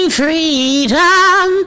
freedom